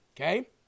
Okay